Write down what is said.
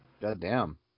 Goddamn